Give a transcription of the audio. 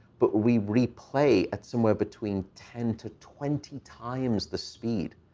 but we replay at somewhere between ten to twenty times the speed.